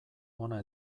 hona